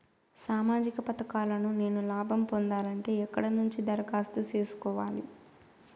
సామాజిక పథకాలను నేను లాభం పొందాలంటే ఎక్కడ నుంచి దరఖాస్తు సేసుకోవాలి?